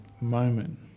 moment